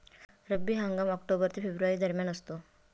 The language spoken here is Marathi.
रब्बी हंगाम ऑक्टोबर ते फेब्रुवारी दरम्यान असतो